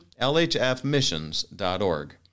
Lhfmissions.org